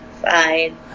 Fine